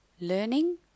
learning